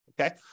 okay